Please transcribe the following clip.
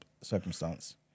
circumstance